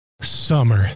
Summer